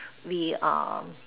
we are